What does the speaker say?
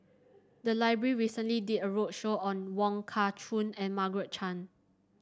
the library recently did a roadshow on Wong Kah Chun and Margaret Chan